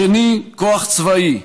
השני, כוח צבאי.